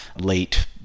late